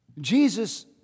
Jesus